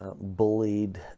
bullied